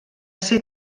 ser